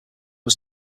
was